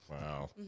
Wow